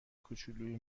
کوچولوی